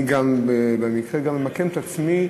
אני גם במקרה ממקם את עצמי